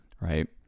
right